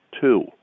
two